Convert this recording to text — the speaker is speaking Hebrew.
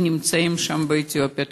שנמצאים שם, באתיופיה.